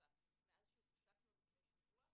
פי 4 מאז שהושקנו לפני שבוע,